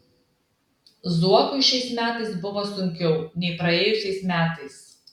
zuokui šiais metais buvo sunkiau nei praėjusiais metais